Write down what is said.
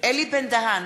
אלי בן-דהן,